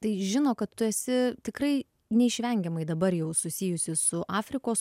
tai žino kad tu esi tikrai neišvengiamai dabar jau susijusi su afrikos